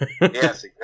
yes